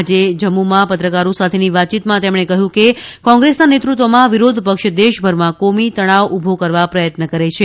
આજે જમ્મુમાં પત્રકારો સાથેની વાતચીતમાં તેમણે કહ્યું કે કોંગ્રેસના નેતૃત્વમાં વિરોધપક્ષ દેશભરમાં કોમી તનાવ ઉભો કરવા પ્રયત્ન કરે છે